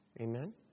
Amen